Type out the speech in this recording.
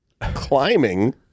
Climbing